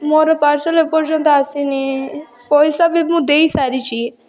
ମୋର ପାର୍ସଲ୍ ଏ ପର୍ଯ୍ୟନ୍ତ ଆସିନି ପଇସା ବି ମୁଁ ଦେଇ ସାରିଛି